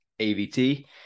AVT